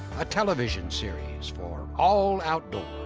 a television series for all outdoors.